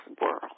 world